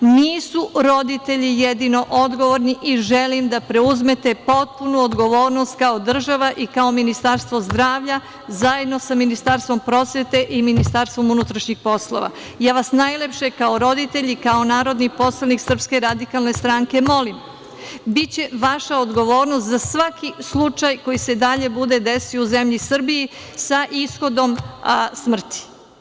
Nisu roditelji jedino odgovorni, i želim da preuzmete potpuno odgovornost kao država, i kao Ministarstvo zdravlja, zajedno sa Ministarstvom prosvete i MUP-om, Najlepše vas, kao roditelj i kao narodni poslanik SRS molim, biće vaša odgovornost za svaki slučaj koji se dalje bude desio u zemlji Srbiji sa ishodom smrti.